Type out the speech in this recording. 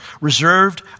reserved